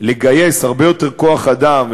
לגייס הרבה יותר כוח-אדם,